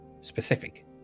specific